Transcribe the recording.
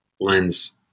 lens